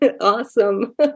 awesome